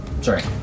Sorry